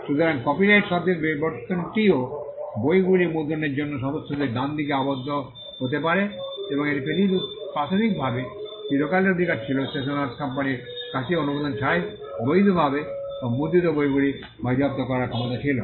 সুতরাং কপিরাইট শব্দের বিবর্তনটিও বইগুলি মুদ্রণের জন্য সদস্যদের রাইট এ আবদ্ধ হতে পারে এবং এটি প্রাথমিকভাবে চিরকালের অধিকার ছিল স্টেশনেরস কোম্পানির কাছেও অনুমোদন ছাড়াই অবৈধভাবে বা মুদ্রিত বইগুলি বাজেয়াপ্ত করার ক্ষমতা ছিল